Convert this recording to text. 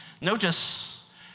Notice